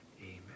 amen